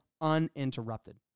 uninterrupted